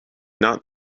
not